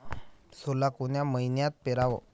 सोला कोन्या मइन्यात पेराव?